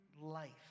life